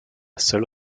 seule